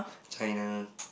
China